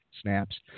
snaps